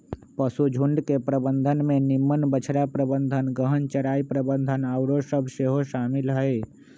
पशुझुण्ड के प्रबंधन में निम्मन बछड़ा प्रबंधन, गहन चराई प्रबन्धन आउरो सभ सेहो शामिल हइ